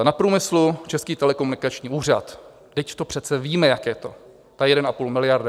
Na průmyslu Český telekomunikační úřad, vždyť to přece víme, jak je to, ta 1,5 miliardy.